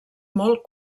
molt